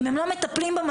אם הם לא מטפלים במצב,